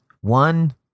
one